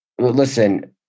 listen